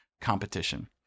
competition